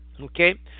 Okay